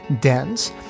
dense